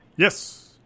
Yes